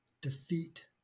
defeat